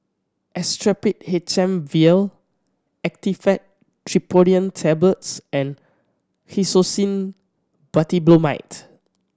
Actrapid H M Vial Actifed Triprolidine Tablets and Hyoscine Butylbromide